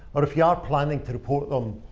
or, if you are planning to report them,